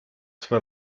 swe